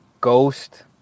ghost